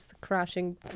crashing